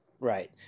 Right